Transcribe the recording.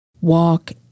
walk